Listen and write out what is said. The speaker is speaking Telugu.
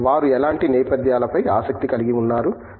వారు ఎలాంటి నేపథ్యాలపై ఆసక్తి కలిగి ఉన్నారు